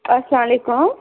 اَلسلام علیکُم